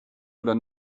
oder